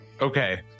Okay